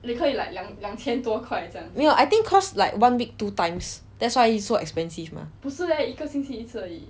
没有 I think cause like one week two times that's why so expensive mah